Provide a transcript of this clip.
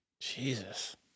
Jesus